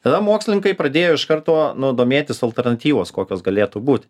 tada mokslininkai pradėjo iš karto nu domėtis alternatyvos kokios galėtų būt